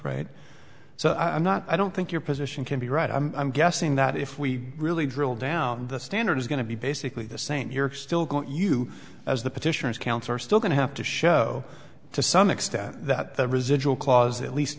right so i'm not i don't think your position can be right i'm i'm guessing that if we really drill down the standard is going to be basically the same you're still going to you as the petitioners council are still going to have to show to some extent that the residual clause at least